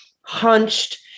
hunched